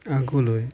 আগলৈ